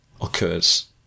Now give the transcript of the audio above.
occurs